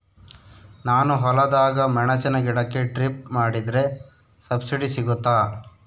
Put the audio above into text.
ನಾನು ಹೊಲದಾಗ ಮೆಣಸಿನ ಗಿಡಕ್ಕೆ ಡ್ರಿಪ್ ಮಾಡಿದ್ರೆ ಸಬ್ಸಿಡಿ ಸಿಗುತ್ತಾ?